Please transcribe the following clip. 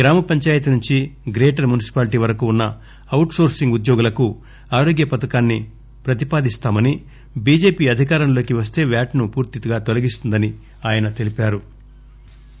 గ్రామ పంచాయతీ నుంచి greater municipality వరకు ఉన్న ఔట్ నోర్పింగ్ ఉద్యోగులకు ఆరోగ్య పథకాన్ని ప్రతిపాదిస్తామని బిజెపి అధికారం లోకి వస్త వ్యాట్ ను పూర్తి తొలగిస్తుందని ఆయన తెలిపారు